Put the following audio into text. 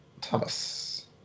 Thomas